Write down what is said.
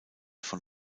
von